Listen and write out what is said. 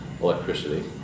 electricity